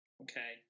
okay